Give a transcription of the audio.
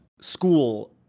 school